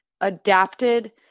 adapted